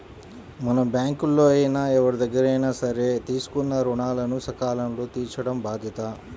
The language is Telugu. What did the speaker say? మనం బ్యేంకుల్లో అయినా ఎవరిదగ్గరైనా సరే తీసుకున్న రుణాలను సకాలంలో తీర్చటం బాధ్యత